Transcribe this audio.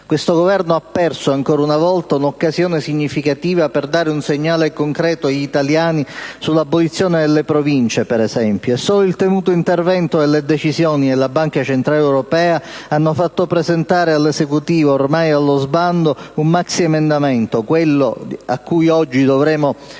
Questo Governo ha perso, ancora una volta, un'occasione significativa per dare un segnale concreto agli italiani sull'abolizione delle Province, per esempio, e solo il temuto intervento delle decisioni della BCE ha fatto presentare all'Esecutivo, ormai allo sbando totale, un maxiemendamento - quello su cui oggi siamo chiamati